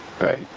Right